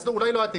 אז אולי לא אתם,